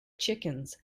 chickens